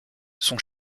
son